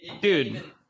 Dude